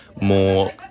more